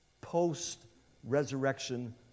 post-resurrection